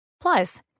Plus